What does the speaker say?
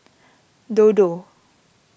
Dodo